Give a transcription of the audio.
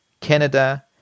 Canada